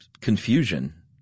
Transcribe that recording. confusion